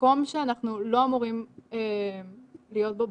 מקום שאנחנו לא אמורים להיות בו,